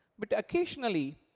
but occasionally,